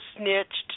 snitched